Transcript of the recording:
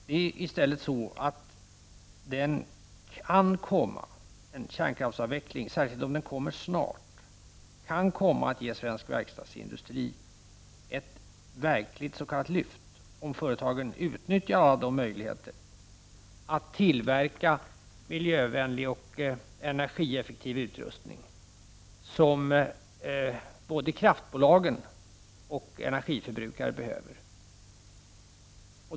Det är i stället så att en kärnkraftsavveckling, särskilt om den kommer snart, kan komma att ge svensk verkstadsindustri ett verkligt s.k. lyft, om företagen utnyttjar alla möjligheter att tillverka miljövänlig och energieffektiv utrustning, som både kraftbolagen och energiförbrukarna behöver.